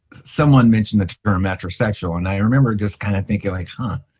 someone mentioned that you're a metrosexual. and i remember just kind of thinking like, ha,